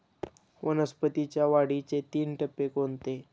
वनस्पतींच्या वाढीचे तीन टप्पे कोणते?